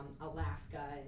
Alaska